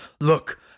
Look